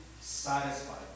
satisfied